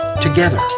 together